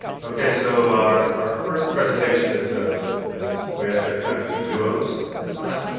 okay, so our our first presentation is ah is we actually have kind of two duos this time.